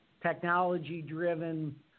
technology-driven